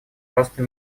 просто